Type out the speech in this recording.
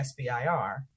SBIR